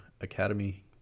Academy